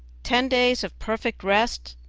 ten days of perfect rest,